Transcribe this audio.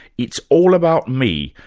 it's all about me,